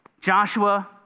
Joshua